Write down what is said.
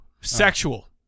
Sexual